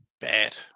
bad